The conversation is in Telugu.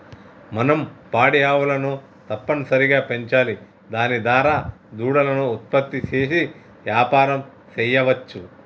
మనం పాడి ఆవులను తప్పనిసరిగా పెంచాలి దాని దారా దూడలను ఉత్పత్తి చేసి యాపారం సెయ్యవచ్చు